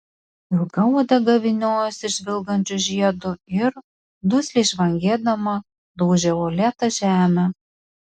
ilga uodega vyniojosi žvilgančiu žiedu ir dusliai žvangėdama daužė uolėtą žemę